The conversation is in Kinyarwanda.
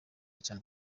cyane